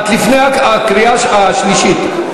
את לפני הקריאה השלישית.